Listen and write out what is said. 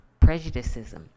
prejudicism